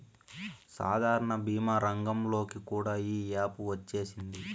సాధారణ భీమా రంగంలోకి కూడా ఈ యాపు వచ్చేసింది